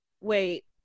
wait